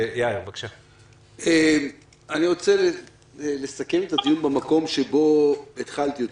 אני רוצה לסכם את הדיון במקום שבו התחלתי אותו.